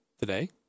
today